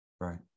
Right